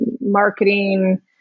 marketing